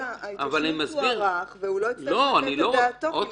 אז ההתיישנות תוארך והוא לא יצטרך לתת את דעתו כי